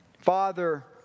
Father